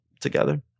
together